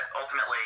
ultimately